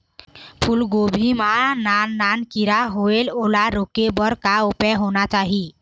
फूलगोभी मां नान नान किरा होयेल ओला रोके बर का उपाय करना चाही?